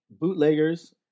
bootleggers